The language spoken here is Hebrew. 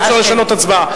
אי-אפשר לשנות הצבעה.